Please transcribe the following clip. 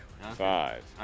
Five